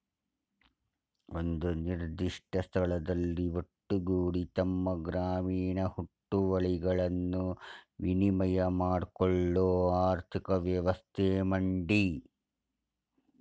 ಒಂದು ನಿರ್ದಿಷ್ಟ ಸ್ಥಳದಲ್ಲಿ ಒಟ್ಟುಗೂಡಿ ತಮ್ಮ ಗ್ರಾಮೀಣ ಹುಟ್ಟುವಳಿಗಳನ್ನು ವಿನಿಮಯ ಮಾಡ್ಕೊಳ್ಳೋ ಆರ್ಥಿಕ ವ್ಯವಸ್ಥೆ ಮಂಡಿ